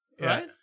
Right